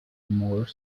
more